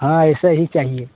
हाँ ऐसा ही चाहिए